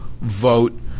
vote